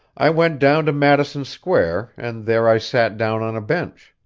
i went down to madison square, and there i sat down on a bench.